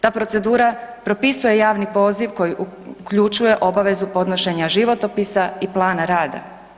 Ta procedura propisuje javni poziv koji uključuje obavezu podnošenja životopisa i plana rada.